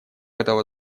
этого